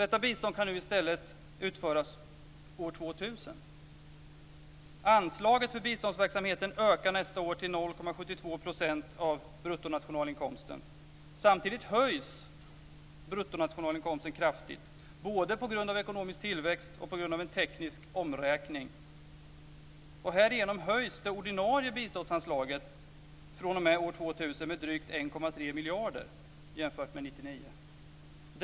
Detta bistånd kan nu i stället utföras år 2000. Anslaget för biståndsverksamheten ökar nästa år till 0,72 % av bruttonationalinkomsten. Samtidigt höjs bruttonationalinkomsten kraftigt, både på grund av ekonomisk tillväxt och på grund av en teknisk omräkning. Härigenom höjs det ordinarie biståndsanslaget fr.o.m. år 2000 med drygt 1,3 miljarder jämfört med 1999.